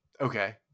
Okay